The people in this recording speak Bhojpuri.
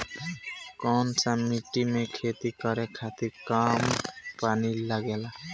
कौन सा मिट्टी में खेती करे खातिर कम पानी लागेला?